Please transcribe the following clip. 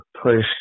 push